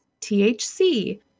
THC